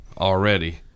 already